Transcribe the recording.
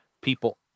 people